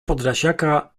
podlasiaka